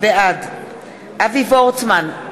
בעד אבי וורצמן,